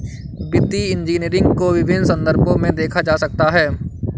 वित्तीय इंजीनियरिंग को विभिन्न संदर्भों में देखा जा सकता है